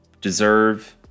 deserve